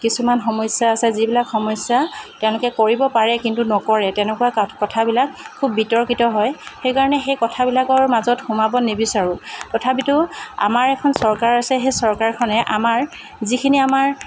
কিছুমান সমস্যা আছে যিবিলাক সমস্যা তেওঁলোকে কৰিব পাৰে কিন্তু নকৰে তেনেকুৱা ক কথাবিলাক খুব বিতৰ্কীত হয় সেইকাৰণে সেই কথাবিলাকৰ মাজত সোমাব নিবিচাৰোঁ তথাপিতো আমাৰ এখন চৰকাৰ আছে সেই চৰকাৰখনে আমাৰ যিখিনি আমাৰ